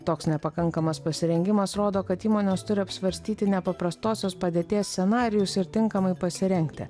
toks nepakankamas pasirengimas rodo kad įmonės turi apsvarstyti nepaprastosios padėties scenarijus ir tinkamai pasirengti